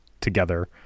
together